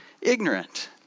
ignorant